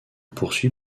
poursuit